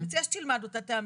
אני מציעה שתלמד אותה, תעמיק.